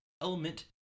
element